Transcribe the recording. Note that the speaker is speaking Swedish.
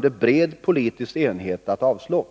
med bred politisk enighet, kommer att avslå.